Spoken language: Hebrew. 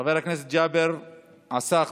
חבר הכנסת ג'אבר עסאקלה,